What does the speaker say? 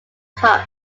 cup